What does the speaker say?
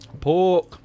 pork